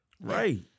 Right